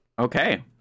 Okay